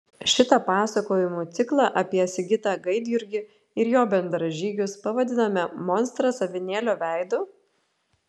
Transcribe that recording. šitą pasakojimų ciklą apie sigitą gaidjurgį ir jo bendražygius pavadinome monstras avinėlio veidu